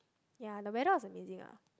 ya the weather was amazing lah